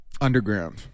Underground